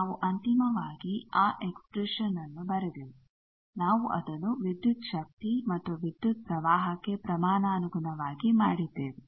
ನಾವು ಅಂತಿಮವಾಗಿ ಆ ಎಕ್ಷ್ಪ್ರೇಷನ್ ನ್ನು ಬರೆದೆವು ನಾವು ಅದನ್ನು ವಿದ್ಯುತ್ ಶಕ್ತಿ ಮತ್ತು ವಿದ್ಯುತ್ ಪ್ರವಾಹಕ್ಕೆ ಪ್ರಮಾಣಾನುಗುಣವಾಗಿ ಮಾಡಿದ್ದೇವೆ